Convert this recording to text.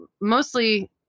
mostly